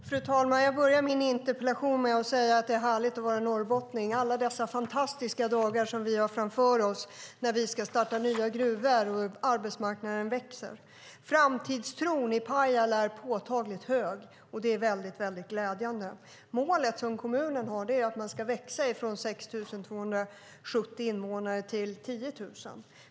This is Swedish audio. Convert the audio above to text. Fru talman! Jag började min interpellation med att säga att det är härligt att vara norrbottning med alla dessa fantastiska dagar som vi har framför oss när vi ska starta nya gruvor och arbetsmarknaden växer. Framtidstron i Pajala är påtagligt stor. Det är glädjande. Kommunens mål är att man ska växa från 6 270 invånare till 10 000.